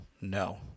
No